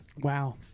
Wow